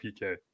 PK